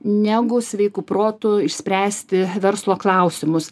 negu sveiku protu išspręsti verslo klausimus